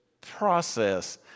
process